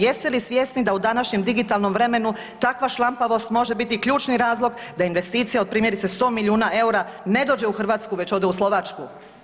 Jeste li svjesni da u današnjem digitalnom vremenu takva šlampavost može biti ključni razlog da investicija od primjerice 100 milijuna eura ne dođe u Hrvatsku već ode u Slovačku?